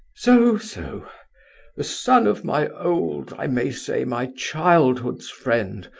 so, so the son of my old, i may say my childhood's friend,